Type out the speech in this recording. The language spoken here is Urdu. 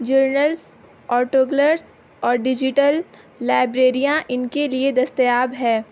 جرنلس آٹوگلرس اور ڈیجیٹل لائبریریاں ان کے لیے دستیاب ہے